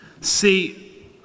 See